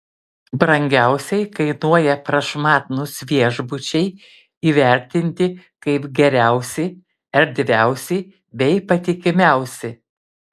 brangiausiai kainuoja prašmatnūs viešbučiai įvertinti kaip geriausi erdviausi bei patikimiausi